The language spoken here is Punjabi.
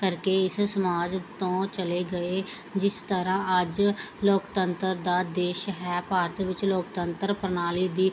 ਕਰਕੇ ਇਸ ਸਮਾਜ ਤੋਂ ਚਲੇ ਗਏ ਜਿਸ ਤਰ੍ਹਾਂ ਅੱਜ ਲੋਕਤੰਤਰ ਦਾ ਦੇਸ਼ ਹੈ ਭਾਰਤ ਵਿੱਚ ਲੋਕਤੰਤਰ ਪ੍ਰਣਾਲੀ ਦੀ